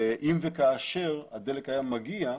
אם וכאשר הדלק היה מגיע,